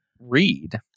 read